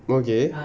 okay